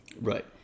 right